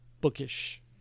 bookish